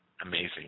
Amazing